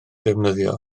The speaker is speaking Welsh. defnyddio